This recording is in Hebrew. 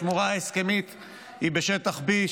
השמורה ההסכמית היא בשטח B,